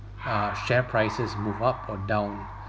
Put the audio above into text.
uh share prices move up or down